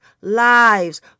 lives